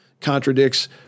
Contradicts